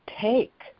take